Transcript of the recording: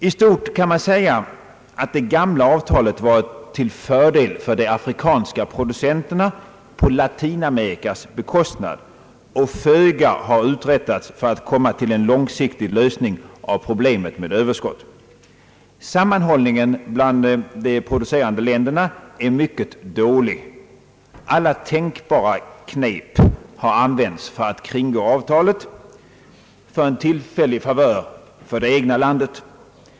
I stort kan man säga att det ' gamla avtalet varit till fördel för de afrikanska producenterna på Latinamerikas bekostnad och att föga har uträttats för att komma till en långsiktig lösning av problemet med överskott. Sammanhållningen bland de producerande länderna är mycket dålig. Alla tänkbara knep har använts för att kringgå avtalet för en tillfällig favör åt det egna landet.